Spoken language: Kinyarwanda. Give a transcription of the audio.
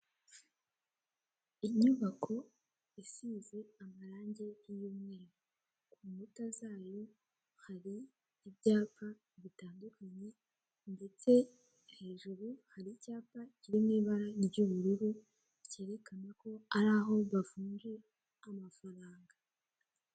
Inyubako isize amarange y'umweru, ku nkuta zayo hari ibyapa bitandukanye ndetse hejuru hari icyapa kiri mu ibara ry'ubururu kerekana ko ari aho bavunja amafaranga.